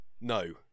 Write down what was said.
No